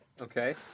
okay